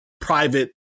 private